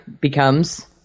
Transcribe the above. becomes